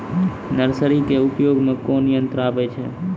Nursery के उपयोग मे कोन यंत्र आबै छै?